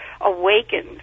awakened